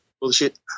bullshit